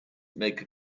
make